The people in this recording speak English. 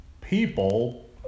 people